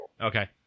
Okay